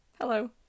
Hello